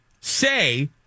say